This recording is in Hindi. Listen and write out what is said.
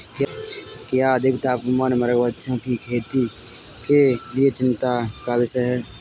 क्या अधिक तापमान मगरमच्छों की खेती के लिए चिंता का विषय है?